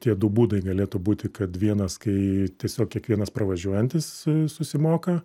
tie du būdai galėtų būti kad vienas kai tiesiog kiekvienas pravažiuojantis susimoka